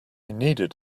needed